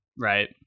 Right